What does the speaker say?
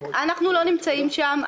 אנחנו לא נמצאים שם.